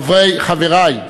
חברי,